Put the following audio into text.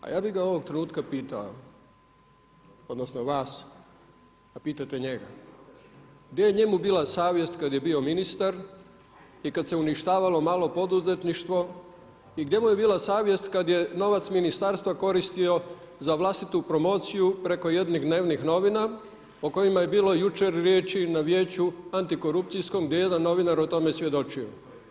A ja bi ga ovog trenutka pitao odnosno vas da pitate njega, gdje je njemu bila savjest kad je bio ministar i kad se uništavalo malo poduzetništvo i gdje mu je bila savjest kad je novac ministarstva koristio za vlastitu promociju preko jednih dnevnih novina o kojima je bilo jučer riječi na vijeću antikorupcijskom gdje je jedan novinar o tome svjedočio?